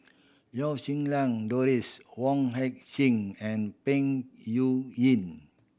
Lau Siew Lang Doris Wong Heck Sing and Peng